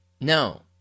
No